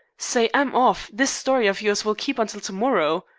say, i'm off! this story of yours will keep until to-morrow.